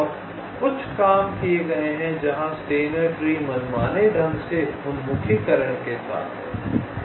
और कुछ काम किए गए हैं जहां स्टेनर पेड़ मनमाने ढंग से उन्मुखीकरण के साथ हैं